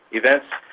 events,